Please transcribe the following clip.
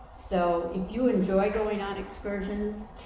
so you enjoy going on excursions,